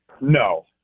No